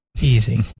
Easy